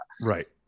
right